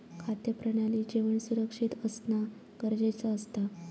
खाद्य प्रणालीत जेवण सुरक्षित असना गरजेचा असता